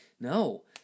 no